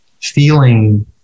feeling